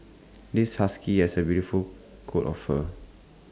this husky has A beautiful coat of fur